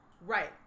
Right